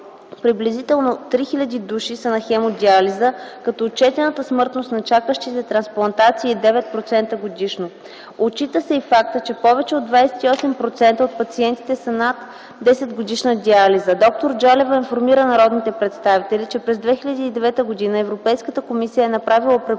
приблизително 3000 души са на хемодиализа, като отчетената смъртност на чакащите трансплантация е 9% годишно. Отчита се и фактът, че повече от 28% от пациентите са с над десетгодишна диализа. Д-р Джалева информира народните представители, че през 2009 г. Европейската комисия е направила препоръка